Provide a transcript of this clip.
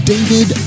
David